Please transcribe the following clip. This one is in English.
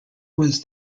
was